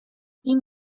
این